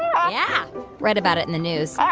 i yeah read about it in the news.